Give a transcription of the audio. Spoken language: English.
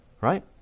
Right